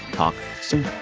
talk soon